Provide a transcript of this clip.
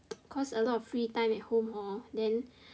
cause a lot of free time at home orh then